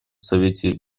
совете